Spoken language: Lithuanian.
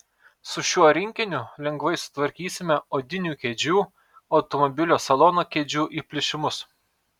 su šiuo rinkiniu lengvai sutvarkysime odinių kėdžių automobilio salono kėdžių įplyšimus